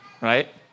right